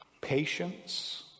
patience